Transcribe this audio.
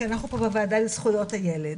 כי אנחנו פה בוועדה לזכויות הילד,